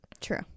True